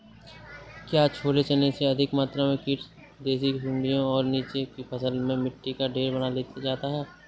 क्या छोले चने में अधिक मात्रा में कीट जैसी सुड़ियां और नीचे की फसल में मिट्टी का ढेर बन जाता है?